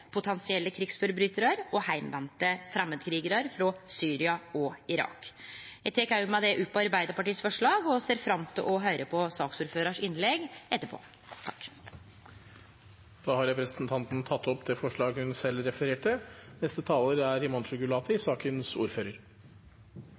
potensielle krigsforbrytarar og heimvende framandkrigarar frå Syria og Irak. Eg tek med det opp forslaget frå Arbeidarpartiet og SV og ser fram til å høyre på innlegget til saksordføraren etterpå. Representanten Lene Vågslid har tatt opp det forslaget hun refererte. Beklager at jeg ikke var til